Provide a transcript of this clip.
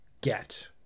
get